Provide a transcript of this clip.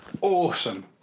Awesome